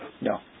No